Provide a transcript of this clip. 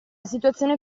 situazione